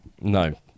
No